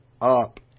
up